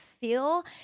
feel